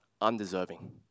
undeserving